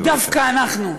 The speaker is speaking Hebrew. כי דווקא אנחנו,